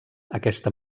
aquesta